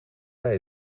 hij